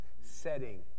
setting